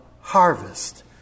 harvest